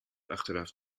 achteraf